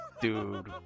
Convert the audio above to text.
Dude